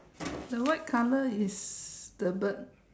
the white color is the bird